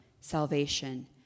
salvation